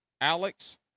Alex